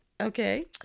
Okay